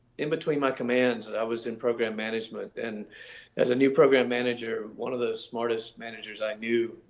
in between my command and i was in program management. and as a new program manager, one of the smartest managers i knew,